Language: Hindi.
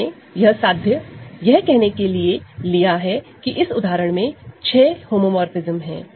मैंने यह साध्य यह कहने के लिए लिया है कि इस उदाहरण में छह होमोमोरफ़िज्म है